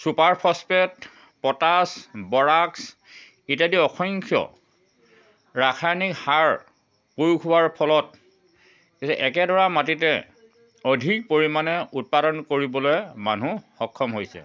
super phosphate potash borax ইত্যাদি অসংখ্য ৰাসায়নিক সাৰ প্ৰয়োগ হোৱাৰ ফলত এই একেডৰা মাটিতে অধিক পৰিমাণে উৎপাদন কৰিবলৈ মানুহ সক্ষম হৈছে